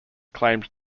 claimed